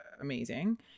amazing